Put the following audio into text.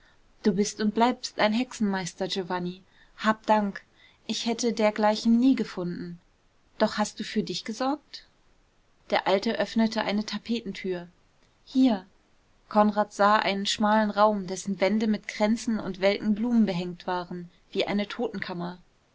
du bist und bleibst ein hexenmeister giovanni hab dank ich hätte dergleichen nie gefunden doch hast du für dich gesorgt der alte öffnete eine tapetentür hier konrad sah in einen schmalen raum dessen wände mit kränzen und welken blumen behängt waren wie eine